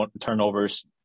turnovers